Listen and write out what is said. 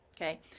okay